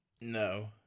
No